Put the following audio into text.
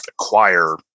acquire